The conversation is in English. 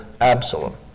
Absalom